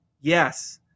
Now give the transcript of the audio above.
yes